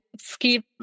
skip